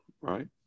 right